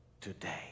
today